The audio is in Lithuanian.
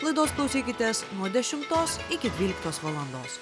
laidos klausykitės dešimtos iki dvyliktos valandos